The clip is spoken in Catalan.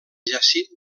jacint